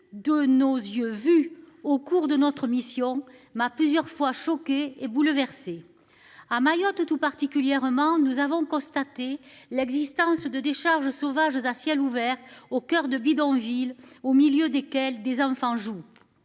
de nos yeux vu au cours de notre mission ma plusieurs fois choqué et bouleversé. À Mayotte, tout particulièrement, nous avons constaté l'existence de décharges sauvages à ciel ouvert, au coeur de bidonvilles au milieu desquelles des enfants jouent.